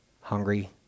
hungry